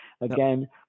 again